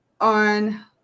on